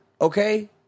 okay